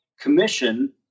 commission